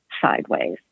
sideways